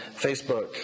facebook